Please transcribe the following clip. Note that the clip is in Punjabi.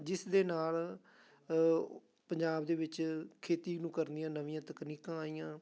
ਜਿਸ ਦੇ ਨਾਲ ਪੰਜਾਬ ਦੇ ਵਿੱਚ ਖੇਤੀ ਨੂੰ ਕਰਨੀਆਂ ਨਵੀਆਂ ਤਕਨੀਕਾਂ ਆਈਆਂ